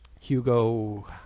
Hugo